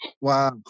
Wow